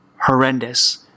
horrendous